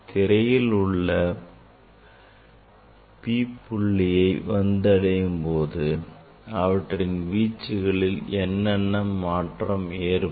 திரையில் உள்ள P புள்ளியை வந்தடையும் போது அவற்றின் வீச்சுகளில் என்ன மாற்றம் ஏற்படும்